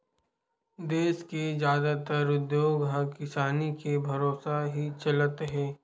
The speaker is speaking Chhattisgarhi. देस के जादातर उद्योग ह किसानी के भरोसा ही चलत हे